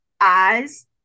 eyes